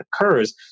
occurs